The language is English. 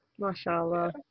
MashaAllah